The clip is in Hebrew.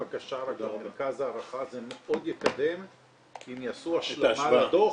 אפשר להוסיף בקשה רק על מרכז הערכה זה מאוד יקדם אם יעשו השלמה לדוח.